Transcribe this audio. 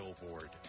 billboard